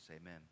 Amen